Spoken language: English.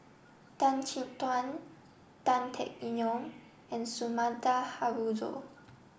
Tan Chin Tuan Tan Teck Neo and Sumida Haruzo